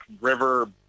River